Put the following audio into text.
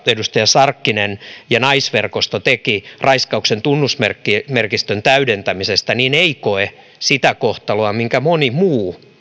edustaja sarkkinen ja naisverkosto tekivät raiskauksen tunnusmerkistön täydentämisestä ei koe sitä kohtaloa minkä moni muu